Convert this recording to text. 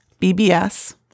BBS